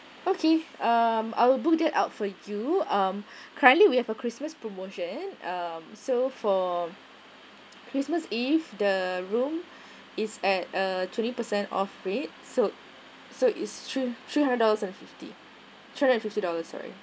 okay um I will book that up for you um currently we have a christmas promotion um so for christmas eve the room is at a twenty per cent off rate so so it's three three hundreds and fifty three hundred and fifty dollars sorry